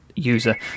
user